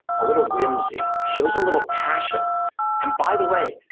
a little whimsy, shows a little passion and by the way,